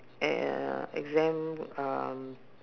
e~ exam um